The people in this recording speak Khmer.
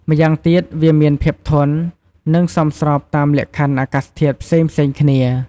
ម្យ៉ាងទៀតវាមានភាពធន់ និងសមស្របតាមលក្ខខណ្ឌអាកាសធាតុផ្សេងៗគ្នា។